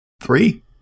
Three